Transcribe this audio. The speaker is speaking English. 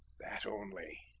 that only!